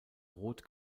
rot